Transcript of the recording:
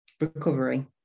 recovery